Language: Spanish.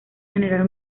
general